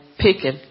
picking